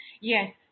Yes